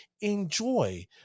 enjoy